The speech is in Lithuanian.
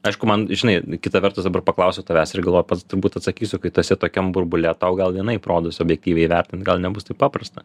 aišku man žinai kita vertus dabar paklausiau tavęs ir galvoju pats turbūt atsakysiu kai tu esi tokiam burbule tau gal vienaip rodos objektyviai vertint gal nebus taip paprasta